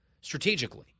strategically